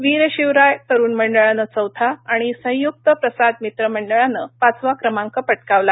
वीर शिवराय तरुण मंडळानं चौथा आणि संय्क्त प्रसाद मित्र मंडळानं पाचवा क्रमांक पटकावला